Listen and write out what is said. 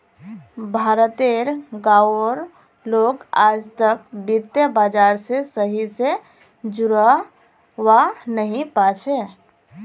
भारत तेर गांव उर लोग आजतक वित्त बाजार से सही से जुड़ा वा नहीं पा छे